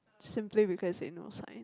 simply because they know science